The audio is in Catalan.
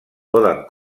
poden